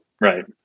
Right